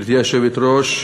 גברתי היושבת-ראש,